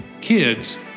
kids